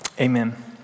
Amen